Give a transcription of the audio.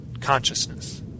consciousness